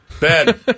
Ben